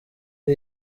iyo